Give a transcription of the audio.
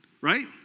right